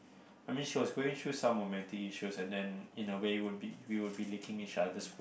I mean she was going through some romantic issues and then in a way would be we would be licking each other